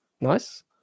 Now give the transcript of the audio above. Nice